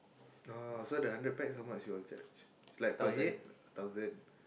oh so the hundred pax how much you all charge is like per head or thousand